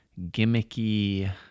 gimmicky